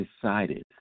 decided